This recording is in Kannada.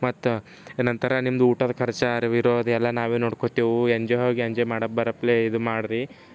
ಮತ್ತೆ ಏನಂತಾರ ನಿಮ್ಮದು ಊಟದ ಖರ್ಚು ಅರಿವಿರೋದೆಲ್ಲ ನಾವೇ ನೋಡ್ಕೋತೀವಿ ಎಂಜಾಯ್ ಹೋಗಿ ಎಂಜಾಯ್ ಮಾಡಕ್ಬರಪ್ಲೇ ಇದು ಮಾಡ್ರಿ